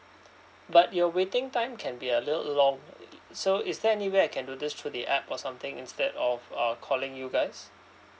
but your waiting time can be a little long so is there any way I can do this through the app or something instead of uh calling you guys